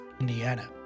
Indiana